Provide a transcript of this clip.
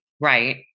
Right